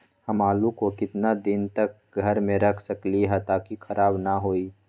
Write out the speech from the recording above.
हम आलु को कितना दिन तक घर मे रख सकली ह ताकि खराब न होई?